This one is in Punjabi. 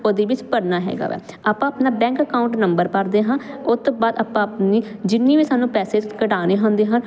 ਉਹਦੇ ਵਿੱਚ ਭਰਨਾ ਹੈਗਾ ਵੈ ਆਪਾਂ ਆਪਣਾ ਬੈਂਕ ਅਕਾਊਂਟ ਨੰਬਰ ਭਰਦੇ ਹਾਂ ਉਹ ਤੋਂ ਬਾਅਦ ਆਪਾਂ ਆਪਣੀ ਜਿੰਨੇ ਵੀ ਸਾਨੂੰ ਪੈਸੇ ਕਢਾਉਣੇ ਹੁੰਦੇ ਹਨ